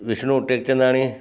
Vishnu Tekchandani